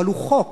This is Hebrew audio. אבל הוא חוק,